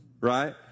right